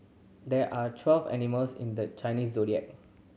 there are twelve animals in the Chinese Zodiac